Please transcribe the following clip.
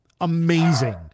amazing